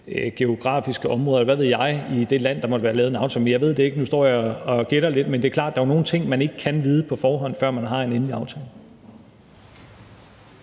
geografiske områder, eller hvad jeg, i det land, der måtte være lavet en aftale med. Men jeg ved det ikke, og nu står jeg og gætter lidt, men det er jo klart, at der er nogle ting, man ikke kan vide på forhånd, før man har en endelig aftale.